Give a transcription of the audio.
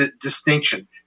distinction